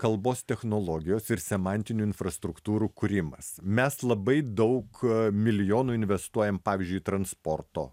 kalbos technologijos ir semantinių infrastruktūrų kūrimas mes labai daug milijonų investuojam pavyzdžiui į transporto